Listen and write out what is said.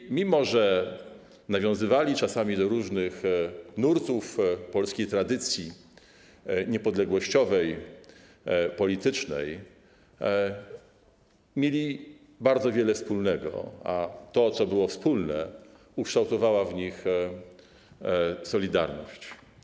I mimo że nawiązywali czasami do różnych nurtów polskiej tradycji niepodległościowej, politycznej, mieli bardzo wiele wspólnego, a to, co było wspólne, ukształtowała w nich solidarność.